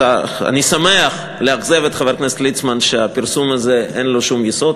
אני שמח לאכזב את חבר הכנסת ליצמן שלפרסום הזה אין שום יסוד.